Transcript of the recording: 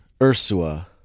Ursua